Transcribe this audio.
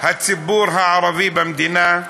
הציבור הערבי במדינה,